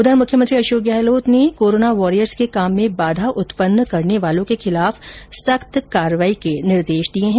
उधर मुख्यमंत्री अशोक गहलोत ने कोरोना वॉरियर्स के काम में बाधा उत्पन्न करने वालों के खिलाफ सख्त कार्रवाई के निर्देश दिए है